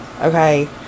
okay